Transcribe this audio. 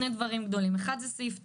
הצעה אחת היא לסעיף 9,